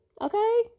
okay